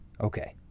Okay